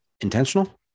intentional